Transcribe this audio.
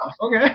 Okay